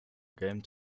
game